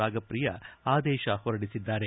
ರಾಗಪ್ರಿಯಾ ಆದೇಶ ಹೊರಡಿಸಿದ್ದಾರೆ